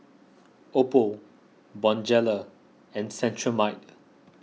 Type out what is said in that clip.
Oppo Bonjela and Cetrimide